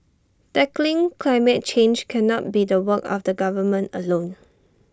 tackling climate change cannot be the work of the government alone